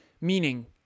Meaning